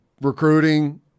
recruiting